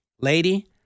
Lady